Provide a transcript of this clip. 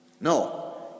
No